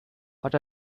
what